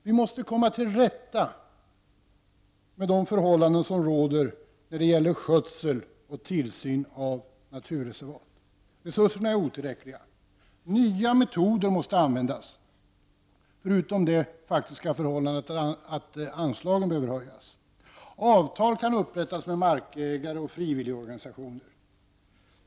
Vi måste komma till rätta med de förhållanden som råder när det gäller skötsel och tillsyn av naturreservat. Resurserna är otillräckliga. Nya metoder måste användas, förutom att anslagen behöver höjas. Avtal kan upprättas med markägare och frivilligorganisationer.